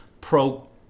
pro